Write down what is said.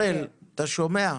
הראל, אתה שומע?